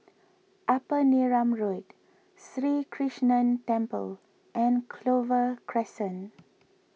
Upper Neram Road Sri Krishnan Temple and Clover Crescent